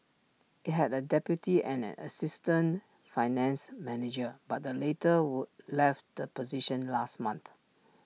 IT had A deputy and an assistant finance manager but the latter would left the position last month